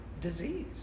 disease